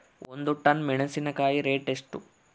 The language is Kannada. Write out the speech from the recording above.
ಒಂದು ಟನ್ ಮೆನೆಸಿನಕಾಯಿ ರೇಟ್ ಎಷ್ಟು?